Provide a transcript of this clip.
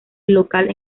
local